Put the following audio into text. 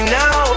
now